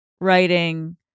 writing